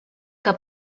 que